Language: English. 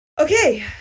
okay